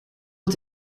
het